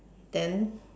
then